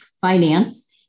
finance